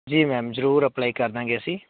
ਜੀ ਮੈਮ ਜ਼ਰੂਰ ਅਪਲਾਈ ਕਰ ਦਾਂਗੇ ਅਸੀਂ